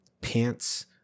pants